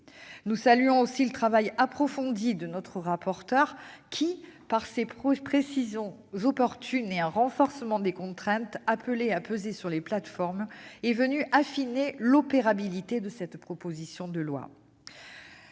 Nous saluons aussi le travail approfondi de notre rapporteur qui, par des précisions opportunes et un renforcement des contraintes appelées à peser sur les plateformes, est venu affiner le caractère opérationnel de cette proposition de loi.